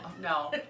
No